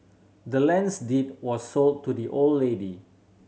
the land's deed was sold to the old lady